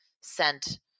sent